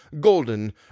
golden